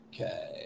Okay